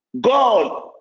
God